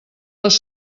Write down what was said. les